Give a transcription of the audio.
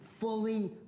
fully